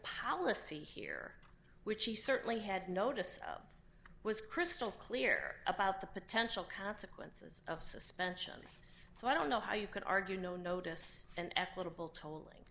policy here which he certainly had noticed was crystal clear about the potential consequences of suspension so i don't know how you could argue no notice and equitable to